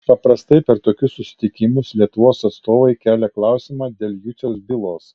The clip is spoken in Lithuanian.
paprastai per tokius susitikimus lietuvos atstovai kelia klausimą dėl juciaus bylos